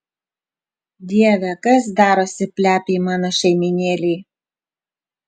dieve kas darosi plepiai mano šeimynėlei